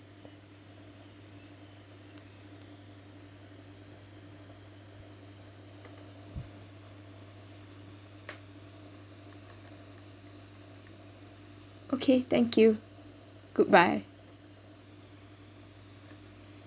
okay thank you goodbye